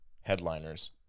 headliners